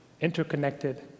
Interconnected